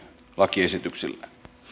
lakiesityksillään